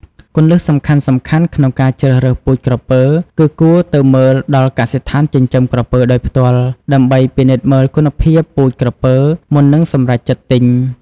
គន្លឹះសំខាន់ៗក្នុងការជ្រើសរើសពូជក្រពើ គឺគួរទៅមើលដល់កសិដ្ឋានចិញ្ចឹមក្រពើដោយផ្ទាល់ដើម្បីពិនិត្យមើលគុណភាពពូជក្រពើមុននឹងសម្រេចចិត្តទិញ។